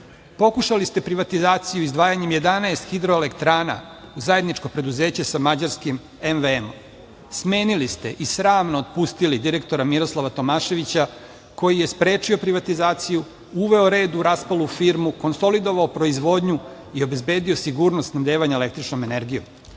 Pokušali ste privatizaciju izdvajanjem 11 hidroelektrana u zajedničko preduzeće sa mađarskim MVM-om. Smenili ste i sramno otpustili direktora Miroslava Tomaševića koji je sprečio privatizaciju, uveo red u raspalu firmu, konsolidovao proizvodnju i obezbedio sigurno snabdevanje električnom energijom. Zanemarili